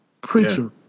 preacher